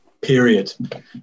period